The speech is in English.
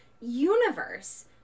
universe